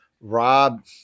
Rob